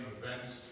events